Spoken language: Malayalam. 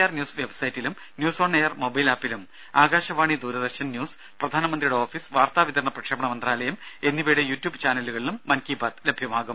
ആർ ന്യൂസ് വെബ്സൈറ്റിലും ന്യൂസ് ഓൺ എയർ മൊബൈൽ ആപ്പിലും ആകാശവാണി ദൂരദർശൻ ന്യൂസ് പ്രധാനമന്ത്രിയുടെ ഓഫീസ് വാർത്താ വിതരണ പ്രക്ഷേപണ മന്ത്രാലയം എന്നിവയുടെ യുട്യൂബ് ചാനലുകളിലും മൻകി ബാത് ലഭ്യമാകും